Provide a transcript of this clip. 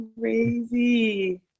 crazy